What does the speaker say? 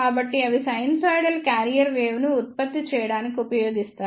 కాబట్టి అవి sinusoidal carrier వేవ్ను ఉత్పత్తి చేయడానికి ఉపయోగిస్తారు